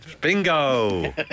Bingo